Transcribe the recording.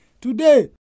Today